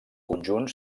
conjunt